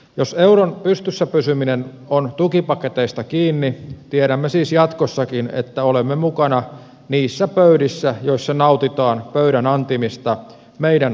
jos euron pystyssä pysyminen on tukipaketeista kiinni tiedämme siis jatkossakin että olemme mukana niissä pöydissä joissa nautitaan pöydän antimista meidän kustannuksellamme